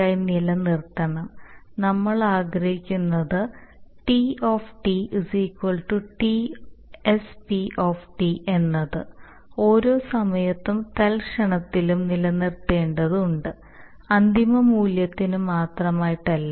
ആയി നിലനിർത്തണം നമ്മൾ ആഗ്രഹിക്കുന്നത് T Tsp എന്നത് ഓരോ സമയത്തും തൽക്ഷണത്തിലും നിലനിർത്തേണ്ടതുണ്ട് അന്തിമ മൂല്യത്തിന് മാത്രമായിട്ടല്ല